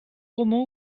romans